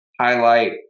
highlight